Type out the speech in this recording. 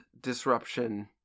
disruption